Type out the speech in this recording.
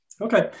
Okay